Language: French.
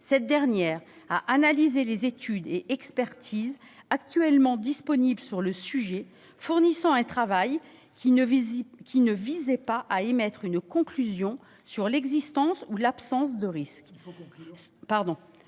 Cette dernière a analysé les études et expertises actuellement disponibles sur le sujet, fournissant un travail qui ne visait pas à émettre une conclusion sur l'existence ou l'absence de risques.